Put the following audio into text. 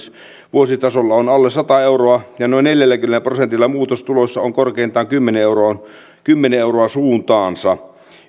vuositasolla on alle sata euroa ja noin neljälläkymmenellä prosentilla muutos tuloissa on korkeintaan kymmenen euroa suuntaansa